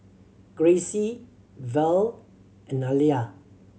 Gracie Verl and Alia